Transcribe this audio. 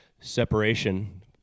separation